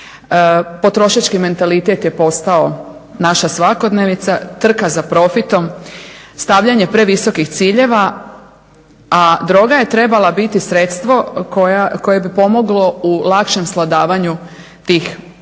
Potrošački mentalitete je postao naša svakodnevica, trka za profitom, stavljanje previsokih ciljeva, a droga je trebala biti sredstvo koje bi pomoglo u lakšem svladavanju tih teških